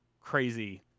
crazy